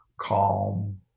calm